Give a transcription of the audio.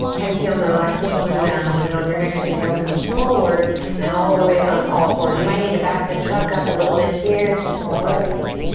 exhale to relax the shoulders down and then on your next inhale come forward and all the way onto all fours. you might need to back the truck up a little bit here, no worries.